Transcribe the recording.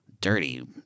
dirty